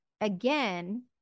again